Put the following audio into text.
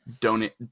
donate